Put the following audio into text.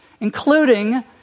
Including